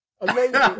Amazing